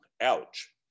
ouch